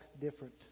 different